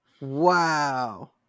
wow